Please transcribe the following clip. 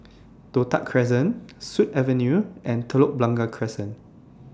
Toh Tuck Crescent Sut Avenue and Telok Blangah Crescent